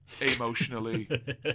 emotionally